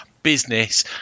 business